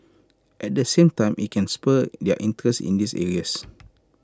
at the same time IT can spur their interest in these areas